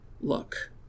Look